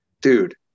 dude